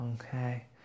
Okay